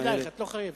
הוא לא פנה אלייך.